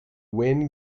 win